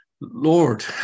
Lord